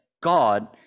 God